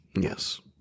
Yes